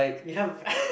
you have